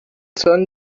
son